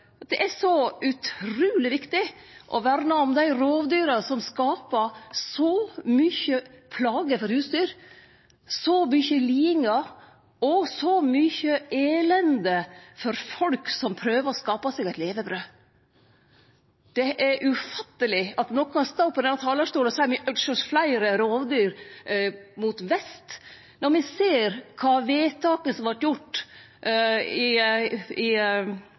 det er så utruleg viktig å verne om dei rovdyra som skaper så mange plager for husdyr, så mykje liding og så mykje elende for folk som prøver å skape seg eit levebrød. Det er ufatteleg at nokon kan stå på denne talarstolen og seie at me ønskjer oss fleire rovdyr mot vest, når me ser kva vedtaket om å flytte grensa for jervesona, som vart gjort i